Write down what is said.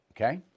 Okay